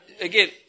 again